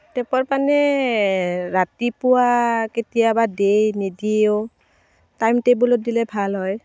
টেপৰ পানী ৰাতিপুৱা কেতিয়াবা দিয়ে নিদিয়েও টাইমটেবুলত দিলে ভাল হয়